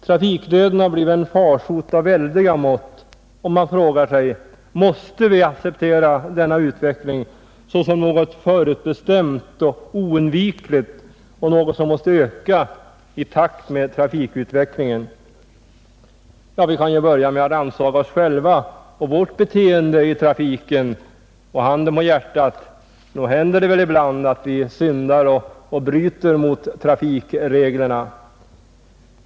Trafikdöden har blivit en farsot av väldiga mått, och man frågar sig om vi måste acceptera denna utveckling såsom något förutbestämt och oundvikligt och något som måste öka i takt med trafikutvecklingen: Vi kan ju börja med att rannsaka oss själva och vårt beteende i trafiken, och handen på hjärtat, nog händer det väl ibland att vi syndar och bryter mot trafikreglerna.